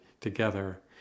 together